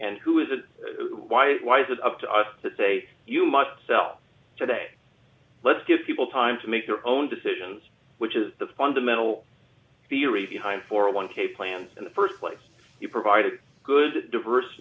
and who isn't why is it up to us to say you must sell today let's give people time to make their own decisions which is the fundamental theory behind for a one k plan in the st place you provide a good diverse